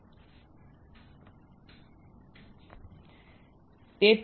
હું પાવરને a અથવા ક્રોમ પર લાગુ કરી શકું છું અથવા હું ગોલ્ડ માં પાવર લાગુ કરી શકું છું